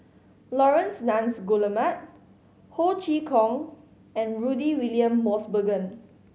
Laurence Nunns Guillemard Ho Chee Kong and Rudy William Mosbergen